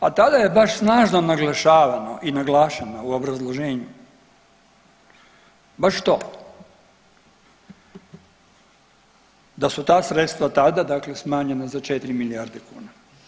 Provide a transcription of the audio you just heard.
A tada je baš snažno naglašavano i naglašeno u obrazloženju baš to da su ta sredstva tada dakle smanjena za 4 milijarde kuna.